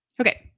Okay